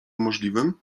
możliwym